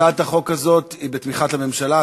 הצעת החוק הזאת היא בתמיכת הממשלה.